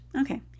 Okay